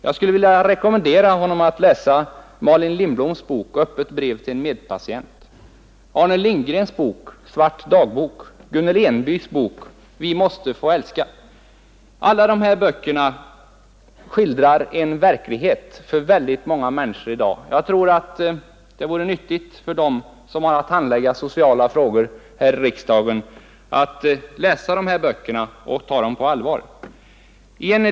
Jag ville rekommendera honom att läsa Malin Lindbloms bok Öppet brev till en medpatient, Arne Lindgrens Svart dagbok och Gunnel Enbys Vi måste få älska. Dessa tre böcker skildrar något som är en verklighet för många människor i dag. Jag tror att det vore nyttigt för dem som har att handlägga sociala frågor här i riksdagen att läsa sådana böcker och ta dem på allvar.